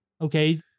Okay